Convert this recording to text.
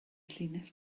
llinell